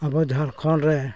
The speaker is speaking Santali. ᱟᱵᱚ ᱡᱷᱟᱨᱠᱷᱚᱸᱰᱨᱮ